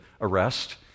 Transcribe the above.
arrest